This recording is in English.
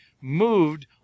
moved